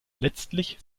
letztlich